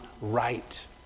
right